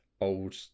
old